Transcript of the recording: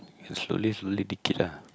slowly slowly lah